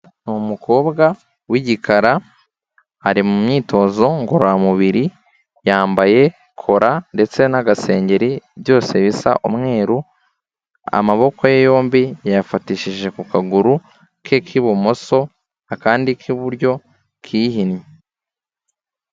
Ni umukobwa w'igikara ari mu myitozo ngororamubiri yambaye kora ndetse n'agasengeri byose bisa umweru, amaboko ye yombi yayafatishije ku kaguru ke k'ibumoso akandi k'iburyo kihinnye.